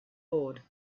board